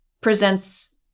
presents